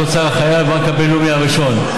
אוצר החייל עם הבנק הבינלאומי הראשון,